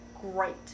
Great